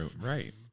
right